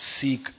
seek